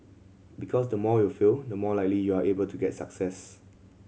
because the more you fail the more likely you are able to get success